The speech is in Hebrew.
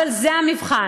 אבל זה המבחן.